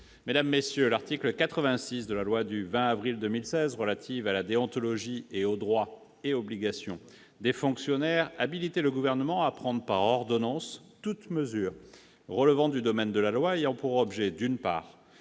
Mesdames, messieurs, l'article 86 de la loi du 20 avril 2016 relative à la déontologie et aux droits et obligations des fonctionnaires habilitait le Gouvernement à prendre par ordonnance toutes mesures relevant du domaine de la loi ayant pour objet, d'une part,